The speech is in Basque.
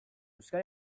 euskal